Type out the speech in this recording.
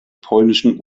polnischen